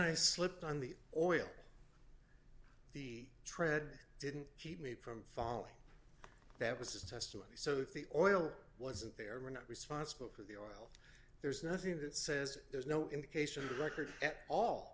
i slipped on the oil the tread didn't keep me from falling that was his testimony so the oil wasn't there are not responsible for the there's nothing that says there's no indication of the record a